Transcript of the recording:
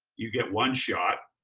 you get one shot.